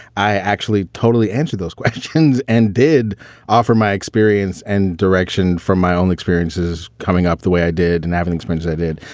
i actually totally answer those questions and did offer my experience and direction from my own experiences. coming up the way i did and everything spins i did.